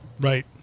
Right